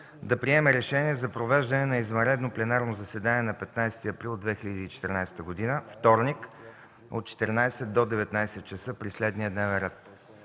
да приеме решение за провеждане на извънредно пленарно заседание на 15 април 2014 г. – вторник, от 14,00 до 19,00 ч. при следния дневен ред: